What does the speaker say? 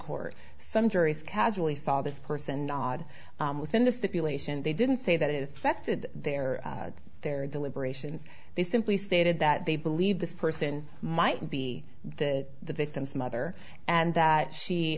court some juries casually saw this person nod in the stipulation they didn't say that it affected their their deliberations they simply stated that they believe this person might be the victim's mother and that she